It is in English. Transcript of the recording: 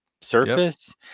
surface